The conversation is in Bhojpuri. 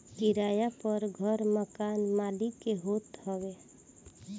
किराए पअ घर मकान मलिक के होत हवे